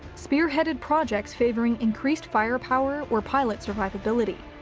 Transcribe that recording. spearheaded projects favoring increased firepower or pilot survivability.